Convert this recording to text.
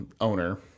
owner